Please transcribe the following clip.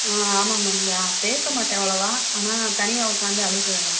ஆமாம் மேம் பேசமாட்டேன் அவ்வளவா ஆனால் தனியா உட்காந்து அழுதுடுவேன் மேம்